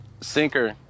Sinker